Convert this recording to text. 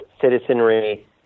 citizenry